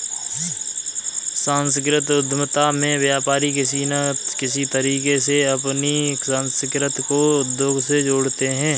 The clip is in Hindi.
सांस्कृतिक उद्यमिता में व्यापारी किसी न किसी तरीके से अपनी संस्कृति को उद्योग से जोड़ते हैं